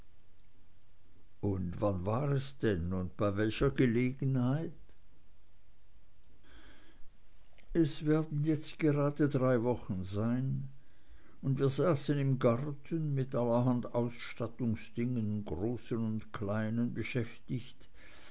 und wann war es denn und bei welcher gelegenheit es werden jetzt gerade drei wochen sein und wir saßen im garten mit allerhand ausstattungsdingen großen und kleinen beschäftigt